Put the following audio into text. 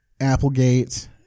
Applegate